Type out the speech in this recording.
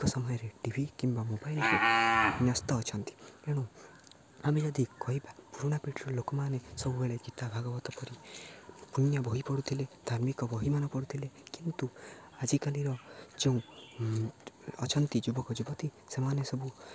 ଏକ ସମୟରେ ଟିଭି କିମ୍ବା ମୋବାଇଲ୍ରେ ନ୍ୟସ୍ତ ଅଛନ୍ତି ତେଣୁ ଆମେ ଯଦି କହିବା ପୁରୁଣା ପିଢ଼ିର ଲୋକମାନେ ସବୁବେଳେ ଗୀତା ଭାଗବତ ପରି ପୂଣ୍ୟ ବହି ପଢ଼ୁଥିଲେ ଧାର୍ମିକ ବହିମାନ ପଢ଼ୁଥିଲେ କିନ୍ତୁ ଆଜିକାଲିର ଯେଉଁ ଅଛନ୍ତି ଯୁବକ ଯୁବତୀ ସେମାନେ ସବୁ